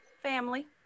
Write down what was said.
Family